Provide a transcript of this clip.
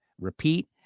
repeat